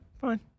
fine